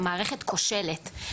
המערכת כושלת.